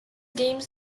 games